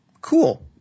cool